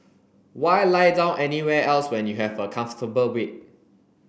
why lie down anywhere else when you have a comfortable bed